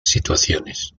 situaciones